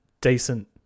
decent